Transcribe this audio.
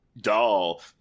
dull